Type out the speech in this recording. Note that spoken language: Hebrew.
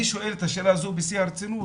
אני שואל את השאלה הזו בשיא הרצינות,